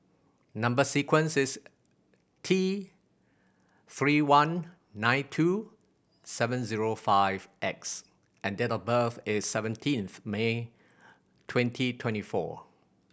number sequence is T Three one nine two seven zero five X and date of birth is seventeenth May twenty twenty four